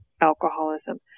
alcoholism